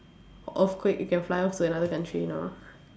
earthquake you can fly off to another country you know